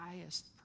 highest